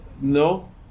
no